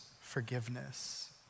forgiveness